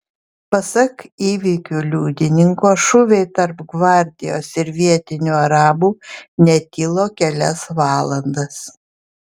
pasak įvykių liudininko šūviai tarp gvardijos ir vietinių arabų netilo kelias valandas